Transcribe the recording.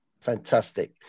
Fantastic